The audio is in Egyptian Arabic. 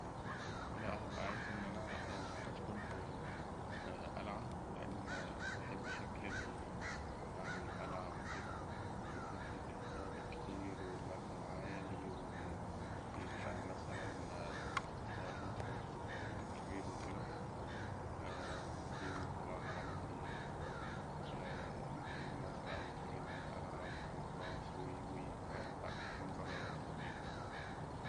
لأ هأبقى عايز إن أنا أسكن فيه قلعة، لأن بحب شكل ال وفكرة الأوض الكتير والمبنى العالي، ويبقى مثلاً حواليها سور كبير وكده، وفيه طبعاً عندي وفيه طبعاً عندي ناس مسئولين عن القلعة، وحراس، وو، فلأ منظر لطيف.